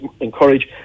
encourage